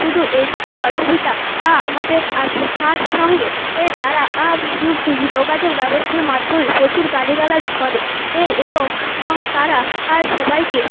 শুধু এইটুকু অসুবিধা আমাদের আছে তার সঙ্গে তারা যোগাযোগ ব্যবস্থার মাধ্যমে প্রচুর গালিগালাজ করে এবং তারা আর সবাইকে